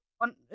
on